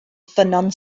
ffynnon